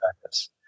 practice